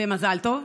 במזל טוב.